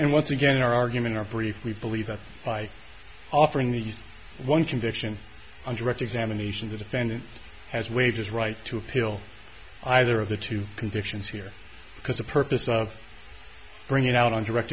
and once again our arguments are brief we believe that by offering these one conviction on direct examination the defendant has waived his right to appeal either of the two convictions here because the purpose of bringing out on direct